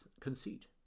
conceit